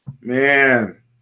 Man